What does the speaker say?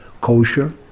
Kosher